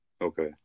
Okay